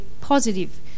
positive